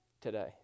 today